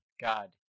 God